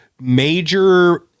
major